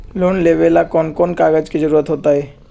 Loan लेवेला कौन कौन कागज के जरूरत होतई?